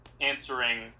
answering